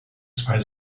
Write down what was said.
zwei